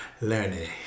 Learning